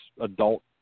adult